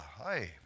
hi